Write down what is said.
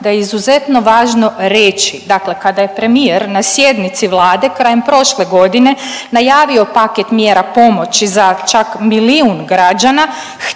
da je izuzetno važno reći dakle kada je premijer na sjednici Vlade krajem prošle godine najavio paket mjera pomoći za čak milijun građana